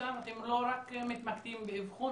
אתם לא רק מתמקדים באבחון?